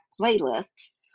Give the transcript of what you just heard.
playlists